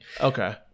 okay